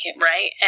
right